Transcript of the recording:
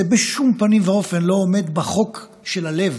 זה בשום פנים ואופן לא עומד בחוק של הלב,